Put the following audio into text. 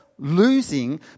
Losing